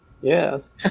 Yes